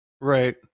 Right